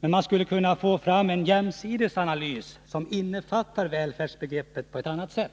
Men man skulle kunna få fram en jämsides analys som innefattar välfärdsbegreppet på ett annat sätt.